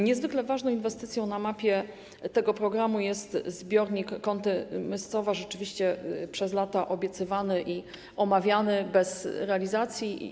Niezwykle ważną inwestycją na mapie tego programu jest zbiornik Kąty-Myscowa, rzeczywiście przez lata obiecywany i omawiany bez realizacji.